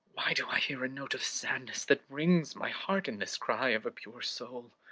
why do i hear a note of sadness that wrings my heart in this cry of a pure soul?